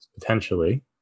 Potentially